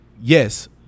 yes